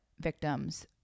victims